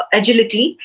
agility